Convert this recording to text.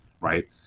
right